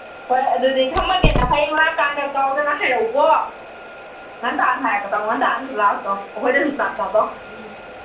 ꯍꯣꯏ ꯑꯗꯨꯗꯤ ꯊꯝꯃꯒꯦꯗ ꯍꯌꯦꯡ ꯂꯥꯛꯑꯀꯥꯟꯗ ꯀꯥꯎꯗꯅ ꯍꯥꯏꯔꯛꯎꯀꯣ ꯉꯟꯇꯥ ꯍꯥꯏꯔꯛꯀꯗꯧ ꯉꯟꯇꯥꯅꯁꯨ ꯂꯥꯛꯇꯧ ꯑꯩꯈꯣꯏꯗꯁꯨ ꯆꯥꯛ ꯆꯥꯗꯧ ꯎꯝ